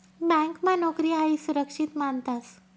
ब्यांकमा नोकरी हायी सुरक्षित मानतंस